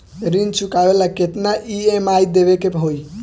ऋण चुकावेला केतना ई.एम.आई देवेके होई?